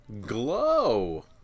Glow